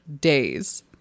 days